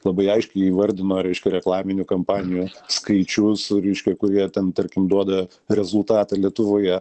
labai aiškiai įvardino reiškia reklaminių kampanijų skaičius reiškia kurie ten tarkim duoda rezultatą lietuvoje